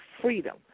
freedom